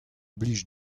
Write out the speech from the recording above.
blij